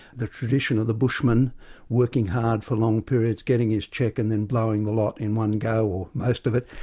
the tradition of the bushman working hard for long periods, getting his cheque and then blowing the lot in one go, or most of it,